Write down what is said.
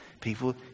People